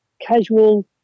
casual